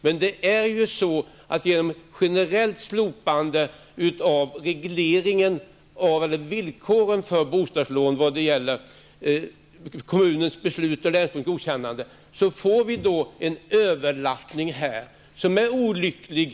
Men genom ett generellt slopande av regleringen och genom villkoren för bostadslån vad gäller kommunens beslut och länsstyrelsens godkännande får vi en överlappning som är olycklig.